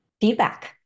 Feedback